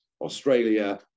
Australia